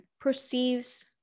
perceives